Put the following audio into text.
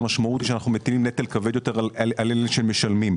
המשמעות היא שאנחנו מטילים נטל כבד יותר על אלה שמשלמים.